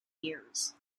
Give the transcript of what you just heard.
years